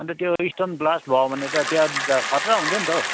अनि त त्यो स्टोन ब्लास्ट भयो भने त त्यहाँ खतरा हुन्छ नि त हो